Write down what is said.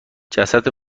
جسد